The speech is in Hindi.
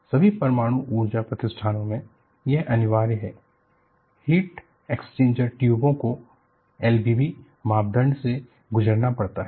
सभी परमाणु ऊर्जा प्रतिष्ठानों में यह अनिवार्य है हीट एक्सचेंजर ट्यूबों को L B B मानदंड से गुजरना पड़ता है